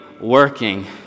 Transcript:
working